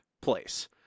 place